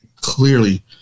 clearly